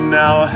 now